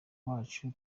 bwacu